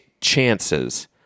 chances